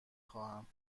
خواهم